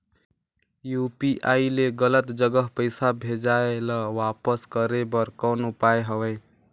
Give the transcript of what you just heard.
UPI ले गलत जगह पईसा भेजाय ल वापस करे बर कौन उपाय हवय?